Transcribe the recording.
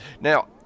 Now